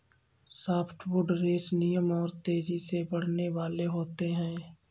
softwood resinous और तेजी से बढ़ने वाले होते हैं